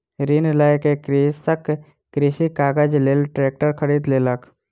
ऋण लय के कृषक कृषि काजक लेल ट्रेक्टर खरीद लेलक